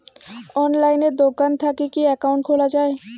অনলাইনে দোকান থাকি কি একাউন্ট খুলা যায়?